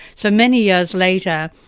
so many years later,